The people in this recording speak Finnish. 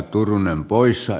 arvoisa puhemies